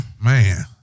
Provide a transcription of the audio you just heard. Man